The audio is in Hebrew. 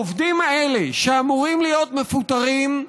העובדים האלה, שאמורים להיות מפוטרים,